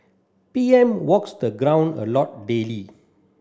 P M walks the ground a lot daily